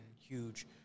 huge